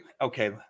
okay